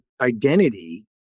identity